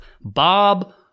Bob